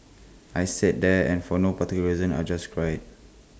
I sat there and for no particular reason I just cried